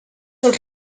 els